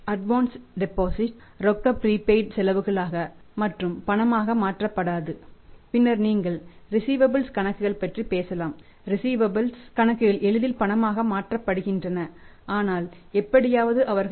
advance டெபாசிட்கள்